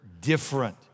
different